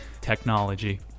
technology